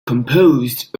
composed